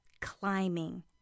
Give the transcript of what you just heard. climbing